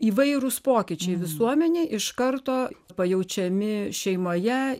įvairūs pokyčiai visuomenėj iš karto pajaučiami šeimoje